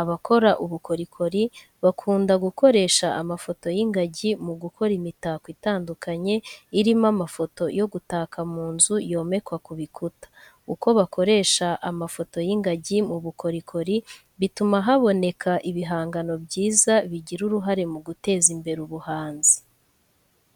Abakora ubukorikori bakunda gukoresha amafoto y'ingagi mu gukora imitako itandukanye irimo amafoto yo gutaka mu nzu yomekwa ku bikuta. Uko bakoresha amafoto y'ingagi mu bukorikori, bituma haboneka ibihangano byiza bigira uruhare mu guteza imbere ubuhanzi.